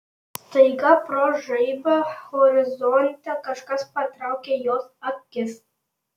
staiga pro žaibą horizonte kažkas patraukė jos akis